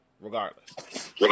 regardless